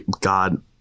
God